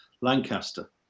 Lancaster